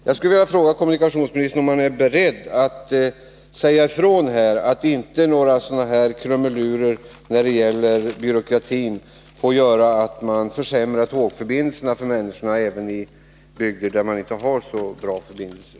Jag skulle vilja fråga kommunikationsministern om han är beredd att säga ifrån att inte några sådana här krumelurer när det gäller byråkratin får göra att tågförbindelserna försämras för människorna i bygder som inte har så bra förbindelser.